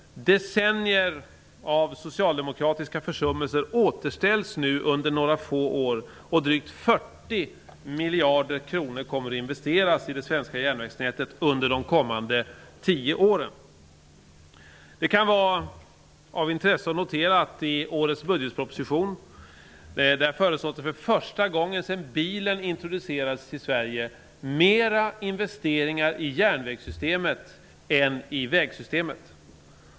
Det som under decennier försummats av socialdemokraterna återställs nu under några få år, och drygt 40 miljarder kronor kommer att investeras i det svenska järnvägsnätet under de kommande tio åren. Det kan vara av intresse att notera att i årets budgetproposition föreslås för första gången sedan bilen introducerades i Sverige mera investeringar i järnvägssystemet än i vägsystemet.